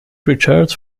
richards